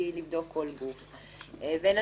זאת מבלי לבדוק כל גוף וגוף.